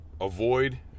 avoid